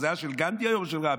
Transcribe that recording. זה היה של גנדי היום או של רבין?